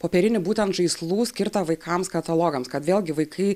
popierinį būtent žaislų skirtą vaikams katalogams kad vėlgi vaikai